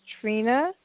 Trina